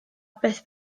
beth